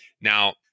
Now